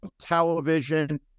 television